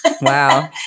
Wow